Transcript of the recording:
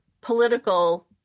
political